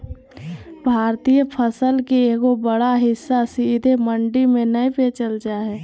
भारतीय फसल के एगो बड़ा हिस्सा सीधे मंडी में नय बेचल जा हय